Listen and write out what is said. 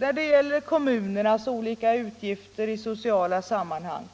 När det gäller kommunernas olika utgifter i sociala sammanhang